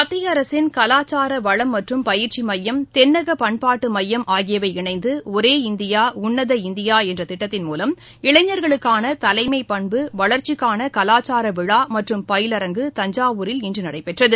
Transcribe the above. மத்திய அரசின் கலாச்சார வளம் மற்றும் பயிற்சி மையம் தென்னக பண்பாட்டு மையம் ஆகியவை இணைந்த ஒரே இந்தியா உன்னத இந்தியா என்ற திட்டத்தின் மூலம் இளைஞர்களுக்கான தலைமப்பண்பு வளர்ச்சிக்கான கவாச்சார விழா மற்றும் பயிலரங்கு தஞ்சாவூரில் இன்று நடைபெற்றது